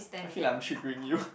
I feel like I'm triggering you